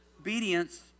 obedience